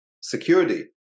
security